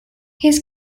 his